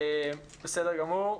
בסדר גמור.